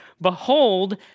behold